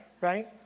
Right